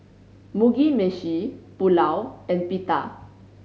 Mugi Meshi Pulao and Pita